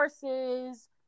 courses